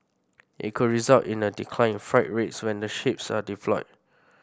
it could result in a decline in freight rates when the ships are deployed